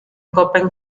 köppen